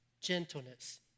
gentleness